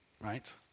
right